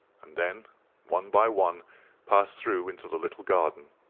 and then one by one passed through into the little garden.